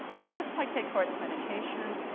but just like descartes' meditations,